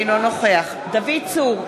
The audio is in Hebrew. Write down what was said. בעד דוד צור,